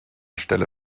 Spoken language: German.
stelle